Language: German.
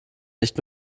nicht